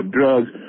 drugs